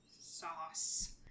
Sauce